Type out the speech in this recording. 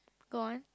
gone